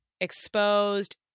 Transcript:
exposed